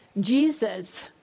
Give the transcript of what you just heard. Jesus